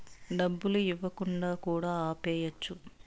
డబ్బులు ఇవ్వకుండా కూడా ఆపేయచ్చు